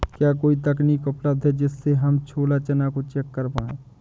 क्या कोई तकनीक उपलब्ध है जिससे हम छोला चना को चेक कर पाए?